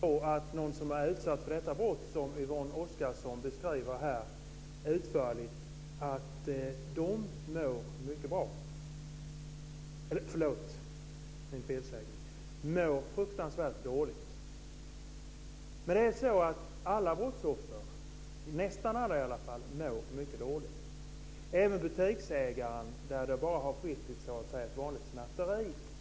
Fru talman! Det är inte svårt att förstå att den som har varit utsatt för det brott som Yvonne Oscarsson utförligt beskrivit mår fruktansvärt dåligt. Nästan alla brottsoffer mår mycket dåligt. Det gäller även butiksägaren som varit utsatt för ett vanligt snatteri.